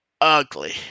ugly